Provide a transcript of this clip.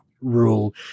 rule